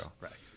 right